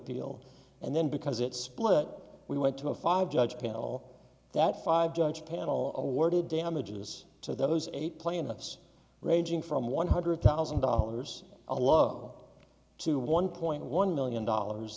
appeal and then because it split we went to a five judge panel that five judge panel awarded damages to those eight planets ranging from one hundred thousand dollars alone to one point one million dollars